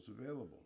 available